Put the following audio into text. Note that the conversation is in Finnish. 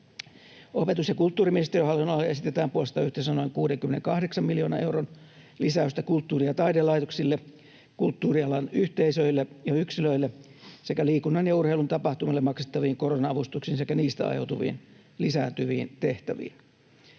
Opetus‑ ja kulttuuriministeriön hallinnonalalle esitetään puolestaan yhteensä noin 68 miljoonan euron lisäystä kulttuuri‑ ja taidelaitoksille, kulttuurialan yhteisöille ja yksilöille sekä liikunnan ja urheilun tapahtumille maksettaviin korona-avustuksiin sekä niistä aiheutuviin lisääntyviin tehtäviin.